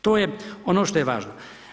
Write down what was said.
To je ono što je važno.